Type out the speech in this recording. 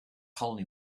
colony